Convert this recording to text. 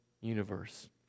universe